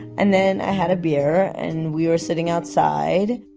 and then i had a beer and we were sitting outside